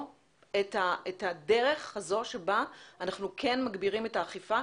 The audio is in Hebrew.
את הדרך הזו שבה אנחנו כן מגבירים את האכיפה,